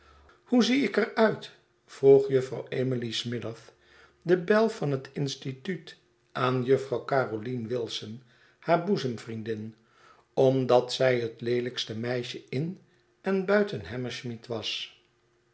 hoe zie ik er uit vroeg juffrouw emilie smithers de belle van het instituut aanjuffrouw caroline wilson haar boezemvriendin omdat zij het leelijkste meisje in en buiten hammersmith was